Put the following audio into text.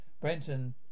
Brenton